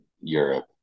europe